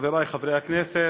חברי חברי הכנסת,